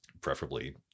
Preferably